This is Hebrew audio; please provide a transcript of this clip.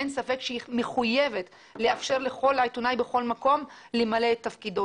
אין ספק שהיא מחויבת לאפשר לכל עיתונאי בכל מקום למלא את תפקידו.